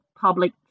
public